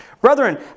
Brethren